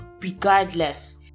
regardless